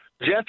Jeff